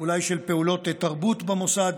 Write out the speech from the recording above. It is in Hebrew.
אולי של פעולות תרבות במוסד.